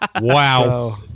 wow